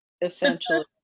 essentially